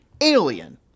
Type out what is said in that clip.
alien